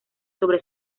sobre